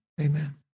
Amen